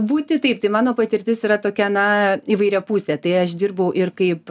būti taip tai mano patirtis yra tokia na įvairiapusė tai aš dirbau ir kaip